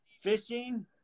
fishing